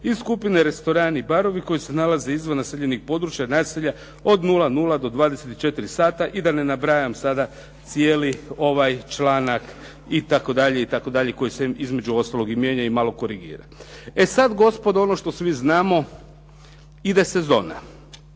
i skupine restorani i barovi koji se nalaze izvan naseljenih područja, naselja od 00 do 24 sata i da ne nabrajam cijeli ovaj članak itd., itd., koji se između ostaloga i mijenja i malo korigira. E sada gospodo ono što svi znamo ide sezona.